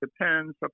depends